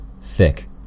thick